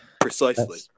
Precisely